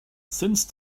since